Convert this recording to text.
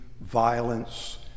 violence